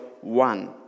one